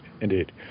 Indeed